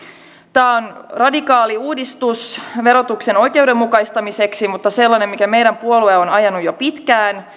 tämä on radikaali uudistus verotuksen oikeudenmukaistamiseksi mutta sellainen mitä meidän puolue on ajanut jo pitkään